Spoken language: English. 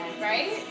Right